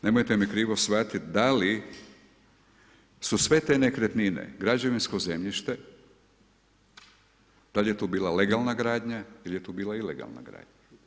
Nemojte me krivo shvatiti, da li su sve te nekretnine, građevinsko zemljište, da li je tu bila legalna gradnja ili je bila ilegalna gradnja.